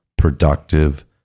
productive